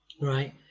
right